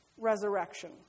resurrection